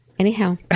Anyhow